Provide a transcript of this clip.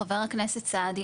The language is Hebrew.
חה"כ סעדי,